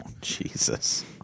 Jesus